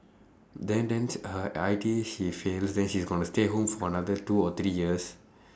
then then her I_T_E she fails then she's going to stay home for another two or three years